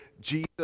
Jesus